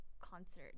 concert